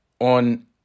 on